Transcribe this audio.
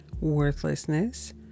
worthlessness